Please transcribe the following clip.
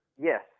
Yes